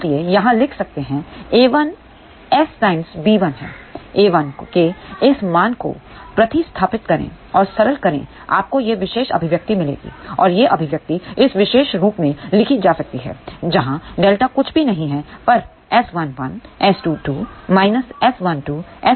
इसलिए यहाँ लिख सकते हैं a1 S टाइम्स b1 है a1 के इस मान को प्रतिस्थापित करें और सरल करें आपको यह विशेष अभिव्यक्ति मिलेगी और यह अभिव्यक्ति इस विशेष रूप में लिखी जा सकती है जहाँ Δ कुछ भी नहीं है पर S11S22 S12S21 है